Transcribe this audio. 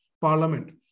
parliament